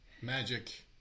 Magic